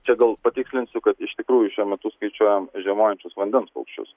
čia gal patikslinsiu kad iš tikrųjų šiuo metu skaičiuojam žiemojančius vandens paukščius